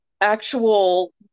actual